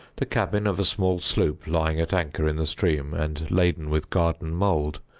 the cabin of a small sloop lying at anchor in the stream, and laden with garden mould,